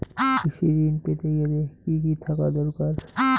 কৃষিঋণ পেতে গেলে কি কি থাকা দরকার?